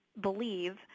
believe